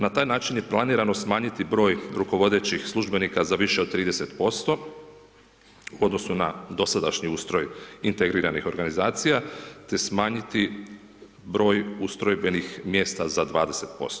Na taj način je planirano smanjiti broj rukovodećih službenika za više od 30% u odnosu na dosadašnji ustroj integriranih organizacija, te smanjiti broj ustrojbenih mjesta za 20%